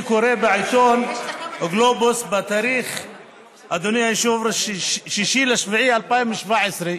אני קורא בעיתון גלובס מתאריך 6 ביולי 2017: